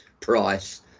price